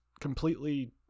completely